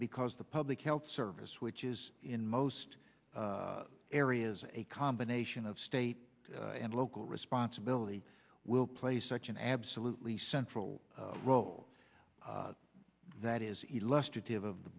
because the public health service which is in most areas a combination of state and local responsibility will play such an absolutely central oh that is he